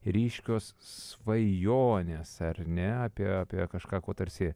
ryškios svajonės ar ne apie apie kažką ko tarsi